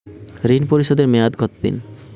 ঋণ পরিশোধের মেয়াদ কত দিন?